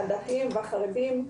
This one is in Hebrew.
הערבים והחרדים.